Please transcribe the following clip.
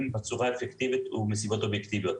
בצורה אובייקטיבית ומסיבות אובייקטיביות.